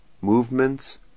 movements